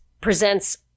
presents